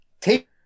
take